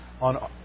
on